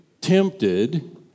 tempted